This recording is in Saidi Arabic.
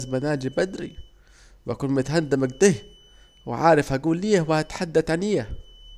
لازما اجي بدري واكون متهندم اكده واعرف هجول ايه وهتحدد عن ايه